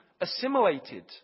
assimilated